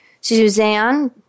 Suzanne